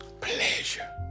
Pleasure